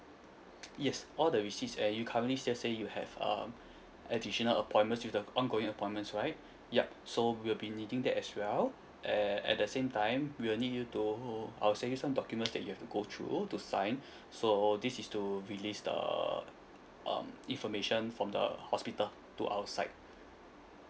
yes all the receipts and you currently still say you have uh additional appointments with uh ongoing appointments right yup so we'll be needing that as well at at the same time we'll need you to I'll send you some documents that you've to go through to sign so this is to release the um information from the hospital to our side